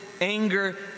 anger